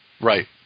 Right